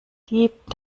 gib